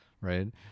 right